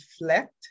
reflect